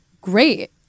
great